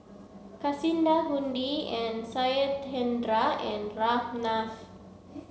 Kasinadhuni and Satyendra and Ramnath